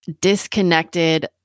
disconnected